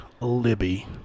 Libby